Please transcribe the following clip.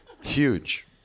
Huge